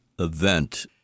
event